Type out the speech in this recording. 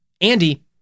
Andy